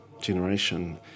generation